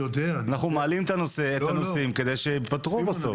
אנחנו מעלים את הנושאים כדי שהם ייפתרו בסוף.